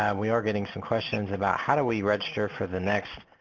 um we are getting some questions about how do we register for the next